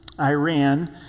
Iran